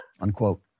Unquote